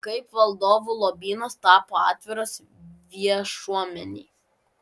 kaip valdovų lobynas tapo atviras viešuomenei